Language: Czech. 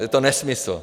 Je to nesmysl.